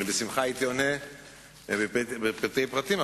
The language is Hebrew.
בשמחה הייתי עונה בפרטי פרטים,